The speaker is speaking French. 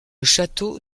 château